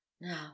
Now